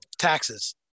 Taxes